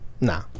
Nah